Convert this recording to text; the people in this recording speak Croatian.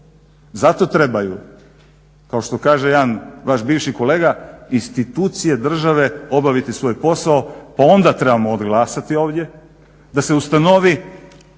Zato trebaju kao što kaže jedan vaš bivši kolega institucije države obaviti svoj posao pa onda trebamo odglasati ovdje da se ustanovi